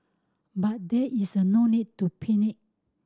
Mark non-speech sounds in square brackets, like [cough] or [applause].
but there is a no need to [unintelligible]